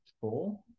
four